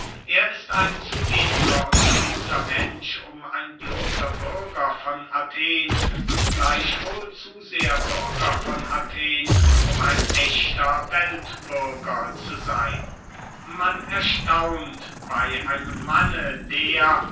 er ist ein zu edler und guter mensch um ein bloßer bürger von athen und gleichwohl zu sehr bürger von athen um ein echter weltbürger zu seyn man erstaunt bey einem manne der